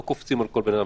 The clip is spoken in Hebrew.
לא קופצים על כל אדם,